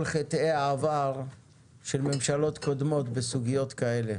חטאי העבר של ממשלות קודמות בסוגיות כאלה,